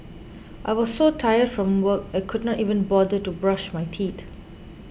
I was so tired from work I could not even bother to brush my teeth